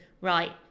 right